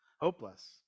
hopeless